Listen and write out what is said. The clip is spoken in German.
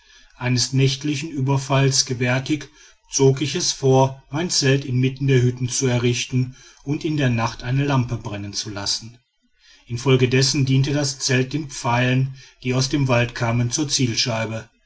eines nächtlichen überfalls gewärtig zog ich es vor mein zelt inmitten der hütten zu errichten und in der nacht eine lampe brennen zu lassen infolgedessen diente das zelt den pfeilen die aus dem wald kamen zur zielscheibe